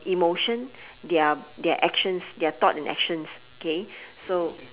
emotion their their actions their thought and actions okay so